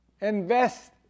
Invest